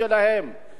לא יכול להיות,